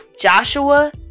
Joshua